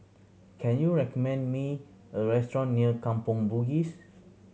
can you recommend me a restaurant near Kampong Bugis